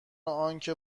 آنکه